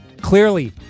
Clearly